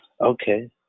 Okay